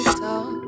talk